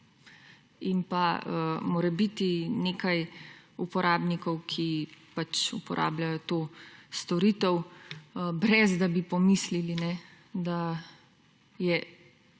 in pa morebiti nekaj uporabnikov, ki pač uporabljajo to storitev, brez da bi pomislili, da je